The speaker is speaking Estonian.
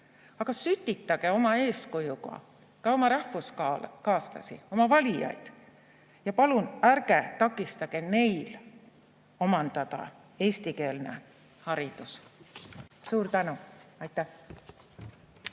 aga sütitage oma eeskujuga ka oma rahvuskaaslasi, oma valijaid, ja palun ärge takistage neil omandamast eestikeelset haridust. Suur tänu, aitäh!